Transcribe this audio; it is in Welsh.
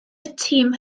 tîm